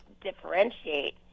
differentiate